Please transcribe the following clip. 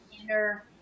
inner